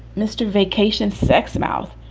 mr. vacation sex mouth.